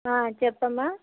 చెప్పమ్మా